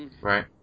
Right